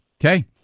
Okay